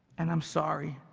and i'm sorry.